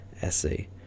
essay